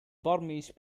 burmese